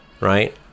right